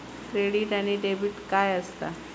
Credit आणि debit काय असता?